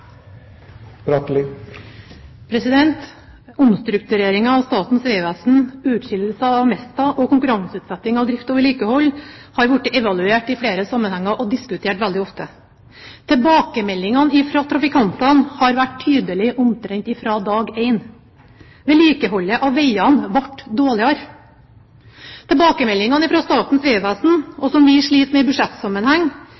byer. Omstruktureringen av Statens vegvesen, utskillelsen av Mesta og konkurranseutsetting av drift og vedlikehold har blitt evaluert i flere sammenhenger og diskutert veldig ofte. Tilbakemeldingene fra trafikantene har vært tydelige omtrent fra dag én: Vedlikeholdet av veiene ble dårligere. Tilbakemeldingene fra Statens vegvesen,